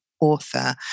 author